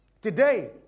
today